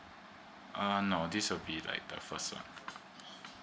uh no this will be like the first lah